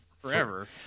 forever